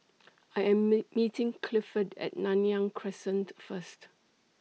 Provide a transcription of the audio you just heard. I Am meet meeting Clifford At Nanyang Crescent First